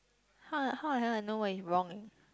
!huh! how the hell I know what is wrong eh